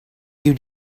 you